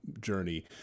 journey